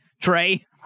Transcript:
Trey